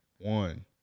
one